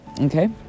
okay